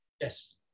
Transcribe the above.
Yes